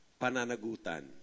pananagutan